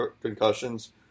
concussions